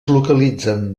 localitzen